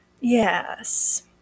Yes